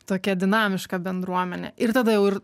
tokia dinamiška bendruomenė ir tada jau ir